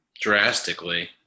drastically